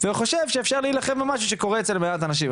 והוא חושב שאפשר להילחם במשהו שקורה אצל מעט אנשים,